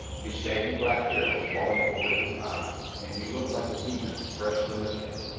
his shaggy black hair was falling over his eyes, and he looked like a demon fresh from the pit,